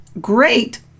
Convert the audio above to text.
great